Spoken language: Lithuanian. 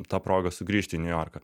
ta proga sugrįžti į niujorką